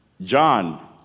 John